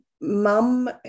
mum